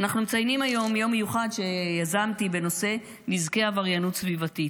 אנחנו מציינים היום יום מיוחד שיזמתי בנושא נזקי עבריינות סביבתית.